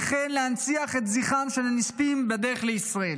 וכן להנציח את זכרם של הנספים בדרך לישראל.